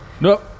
no